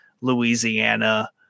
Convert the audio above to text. Louisiana